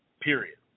period